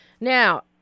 Now